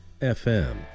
FM